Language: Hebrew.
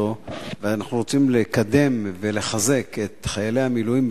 אנחנו רוצים לקדם ולחזק את חיילי המילואים,